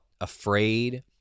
afraid